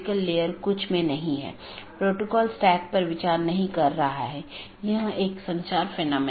इसलिए आज हम BGP प्रोटोकॉल की मूल विशेषताओं पर चर्चा करेंगे